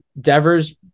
Devers